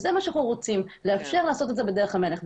זה מה שאנחנו רוצים לאפשר לעשות את זה בדרך המלך.